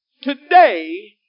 today